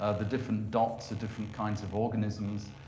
ah the different dots are different kinds of organisms.